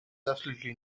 absolutely